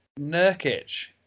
Nurkic